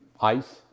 ice